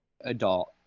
adult